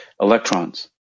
electrons